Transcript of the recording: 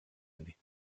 année